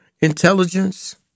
intelligence